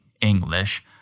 English